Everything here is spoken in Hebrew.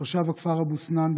תושב הכפר אבו סנאן,